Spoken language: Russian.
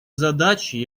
задачей